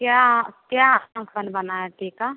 क्या क्या कौन कौन बनाए टीका